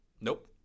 Nope